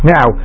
Now